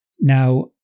Now